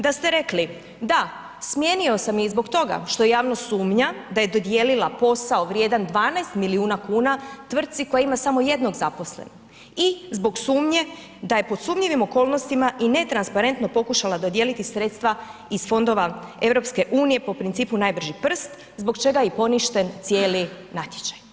Da ste rekli da smijenio sam je i zbog toga što javnost sumnja da je dodijelila posao vrijedan 12 milijuna kuna tvrtki koja ima samo 1 zaposlenog i zbog sumnje da je pod sumnjivim okolnostima i netransparentno pokušala dodijeliti sredstva iz fondova EU po principu najbrži prst zbog čega je i poništen cijeli natječaj.